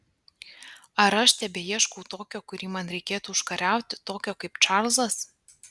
ar aš tebeieškau tokio kurį man reikėtų užkariauti tokio kaip čarlzas